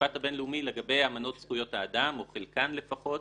במשפט הבינלאומי לגבי אמנות זכויות האדם או חלקן לפחות,